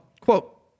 Quote